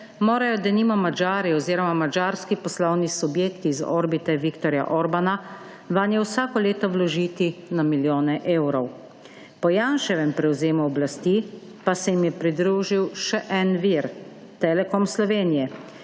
morajo, denimo, Madžari oziroma madžarski poslovni subjekti iz orbite Viktorja Orbána vanje vsako leto vložiti na milijone evrov. Po Janševem prevzemu oblasti pa se jim je pridružil še en vir, Telekom Slovenije,